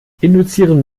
induzieren